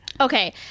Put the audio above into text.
Okay